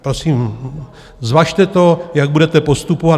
Prosím, zvažte to, jak budete postupovat.